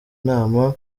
nama